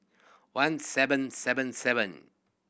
one seven seven seven